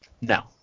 No